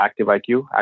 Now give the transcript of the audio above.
ActiveIQ